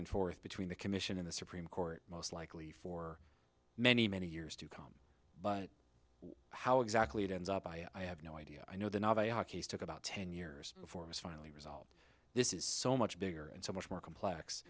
and forth between the commission in the supreme court most likely for many many years to come but how exactly it ends up i have no idea i know the navajo case took about ten years before it was finally resolved this is so much bigger and so much more complex